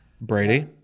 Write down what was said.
Brady